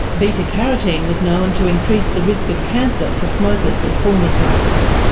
beta-carotene was known to increase the risk of cancer for smokers and former smokers.